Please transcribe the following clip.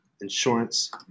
insurance